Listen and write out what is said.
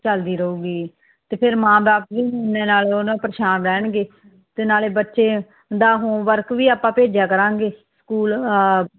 ਚਲਦੀ ਰਹੂਗੀ ਅਤੇ ਫਿਰ ਮਾਂ ਬਾਪ ਪਰੇਸ਼ਾਨ ਰਹਿਣਗੇ ਅਤੇ ਨਾਲੇ ਬੱਚੇ ਦਾ ਹੋਮਵਰਕ ਵੀ ਆਪਾਂ ਭੇਜਿਆ ਕਰਾਂਗੇ ਸਕੂਲ